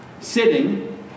sitting